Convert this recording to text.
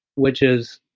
which is